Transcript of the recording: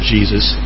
Jesus